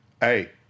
Hey